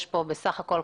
יש פה בסך הכול,